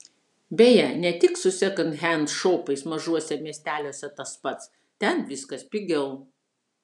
beje ne tik su sekondhend šopais mažuose miesteliuose tas pats ten viskas pigiau